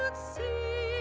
but c